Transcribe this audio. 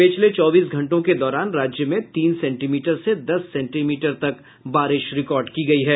पिछले चौबीस घंटों के दौरान राज्य में तीन सेन्टीमीटर से दस सेन्टीमीटर तक बारिश रिकॉर्ड की गयी है